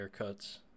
haircuts